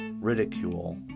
ridicule